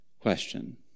question